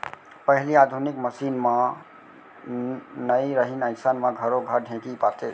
पहिली आधुनिक मसीन मन नइ रहिन अइसन म घरो घर ढेंकी पातें